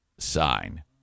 sign